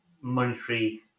monetary